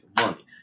money